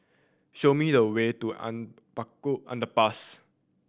show me the way to Anak Bukit Underpass